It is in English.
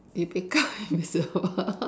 you become invisible